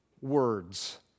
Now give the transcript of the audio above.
words